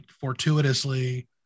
fortuitously